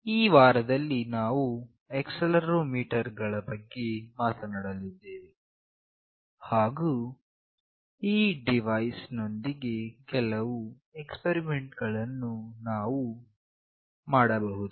ಈ ವಾರದಲ್ಲಿ ನಾವು ಆಕ್ಸೆಲೆರೋಮೀಟರ್ ನ ಬಗ್ಗೆ ಮಾತನಾಡಲಿದ್ದೇವೆ ಹಾಗು ಈ ಡಿವೈಸ್ ನೊಂದಿಗೆ ಕೆಲವು ಎಕ್ಸ್ಪರಿಮೆಂಟ್ ಗಳನ್ನು ನಾವು ಮಾಡಬಹುದು